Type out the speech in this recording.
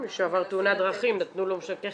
מישהו שעבר תאונת דרכים ונתנו לו משכך